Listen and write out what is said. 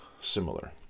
similar